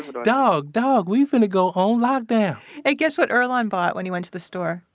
dog, dog. we finna go on lockdown hey, guess what earlonne bought when you went to the store?